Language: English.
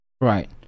Right